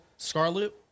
Scarlet